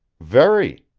very,